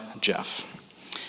Jeff